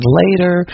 later